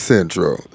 Central